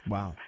Wow